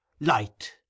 light